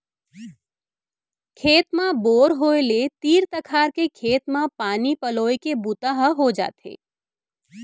खेत म बोर होय ले तीर तखार के खेत म पानी पलोए के बूता ह हो जाथे